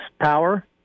power